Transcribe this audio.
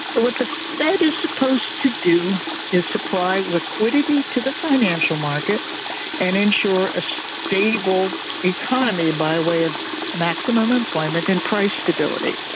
but what the fed is supposed to do is supply liquidity to the financial market and ensure a stable economy, by way of maximum employment and price stability.